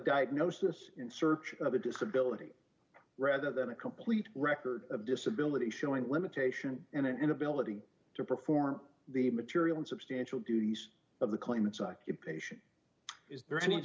diagnose this in search of a disability rather than a complete record of disability showing limitation and ability to perform the material in substantial duties of the claimants occupation is there any